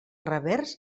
revers